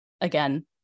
Again